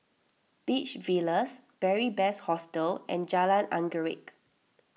Beach Villas Beary Best Hostel and Jalan Anggerek